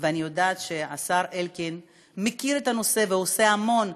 ואני יודעת שהשר אלקין מכיר את הנושא ועושה המון,